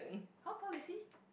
how poor is he